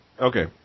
okay